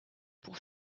pour